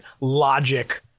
logic